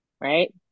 right